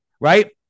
right